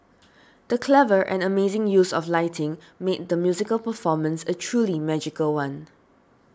the clever and amazing use of lighting made the musical performance a truly magical one